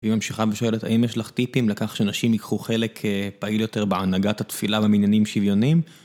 היא ממשיכה ושואלת האם יש לך טיפים לכך שנשים ייקחו חלק פעיל יותר בהנהגת התפילה במניינים שוויוניים?